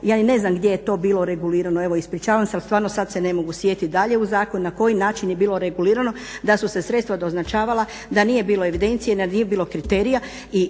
ja i ne znam gdje je to bilo regulirano, evo ispričavam se al stvarno sad se ne mogu sjetiti dalje u zakon, na koji način je bilo regulirano da su se sredstva doznačavala, da nije bilo evidencije, da nije bilo kriterija